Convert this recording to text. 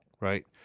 right